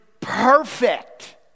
perfect